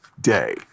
day